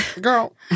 Girl